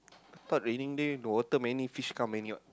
thought raining day got water many fish come what